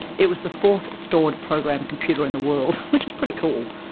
it was the fourth stored program computer in the world which is pretty cool.